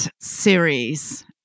series